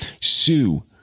Sue